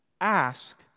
Ask